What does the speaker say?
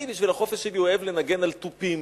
אני, בשביל החופש שלי, אוהב לנגן על תופים,